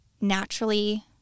naturally